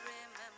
remember